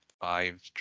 five